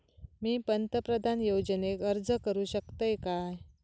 मी पंतप्रधान योजनेक अर्ज करू शकतय काय?